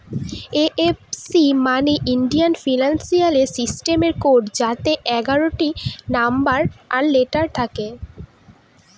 IFC মানে Indian financial system code যাতে এগারোটা নম্বর আর লেটার থাকে